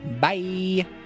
Bye